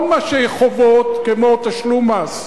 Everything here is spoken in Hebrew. כל מה שחובות, כמו תשלום מס,